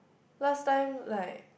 last time like